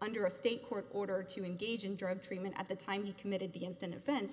under a state court order to engage in drug treatment at the time he committed the instant offense